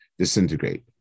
disintegrate